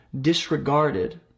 disregarded